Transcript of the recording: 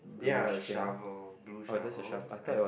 ya shovel blue shovel I think